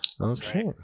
Okay